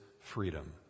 freedom